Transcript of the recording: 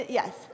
yes